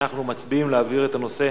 אנחנו מצביעים על ההצעה להעביר את הנושא